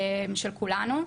של כולנו,